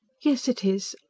yes, it is.